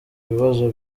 bibazo